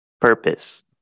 Purpose